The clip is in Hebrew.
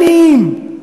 שנים,